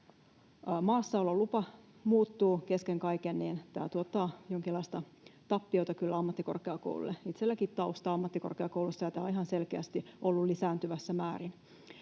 maassaololupa muuttuu kesken kaiken, tämä tuottaa jonkinlaista tappiota kyllä ammattikorkeakoululle. Itsellänikin on taustaa ammattikorkeakoulusta, ja tätä on ihan selkeästi ollut lisääntyvässä määrin.